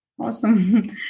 Awesome